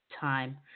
time